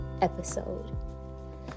episode